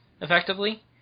effectively